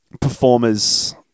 performers